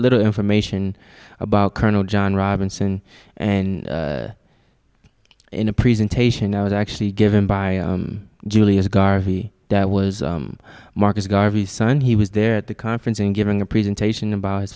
little information about colonel john robinson and in a presentation i was actually given by julius garvey that was marcus garvey sun he was there at the conference in giving a presentation about his